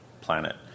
planet